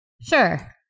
Sure